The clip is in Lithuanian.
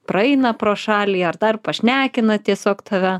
praeina pro šalį ar dar pašnekina tiesiog tave